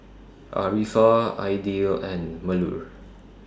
Arifa Aidil and Melur